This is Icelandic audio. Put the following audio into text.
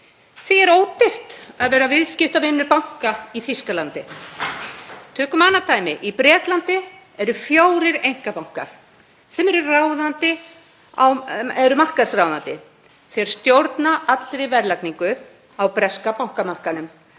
Því er ódýrt að vera viðskiptavinur banka í Þýskalandi. Tökum annað dæmi: Í Bretlandi eru fjórir einkabankar sem eru markaðsráðandi. Þeir stjórna allri verðlagningu á breska bankamarkaðnum.